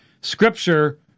Scripture